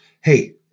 Hey